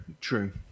true